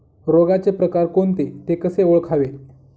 रोगाचे प्रकार कोणते? ते कसे ओळखावे?